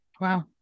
wow